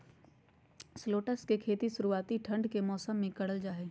shallots के खेती शुरुआती ठंड के मौसम मे करल जा हय